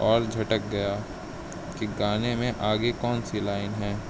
اور جھٹک گیا کہ گانے میں آگے کون سی لائن ہے